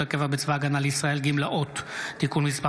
הקבע בצבא ההגנה לישראל (גמלאות) (תיקון מס'